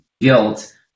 guilt